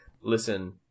Listen